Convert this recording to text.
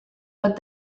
but